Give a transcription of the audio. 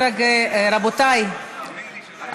רבותיי,